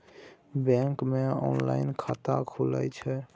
Bank मे online खाता खुले छै?